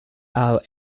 out